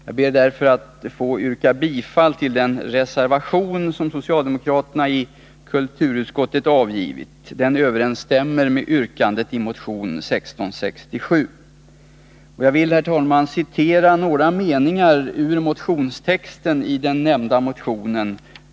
Jag ber därför att få yrka bifall till den reservation som socialdemokraterna i kulturutskottet har avgivit. Den överensstämmer med yrkandet i motion 1667. Och jag vill, herr talman, citera några meningar ur texten i den nämnda motionen.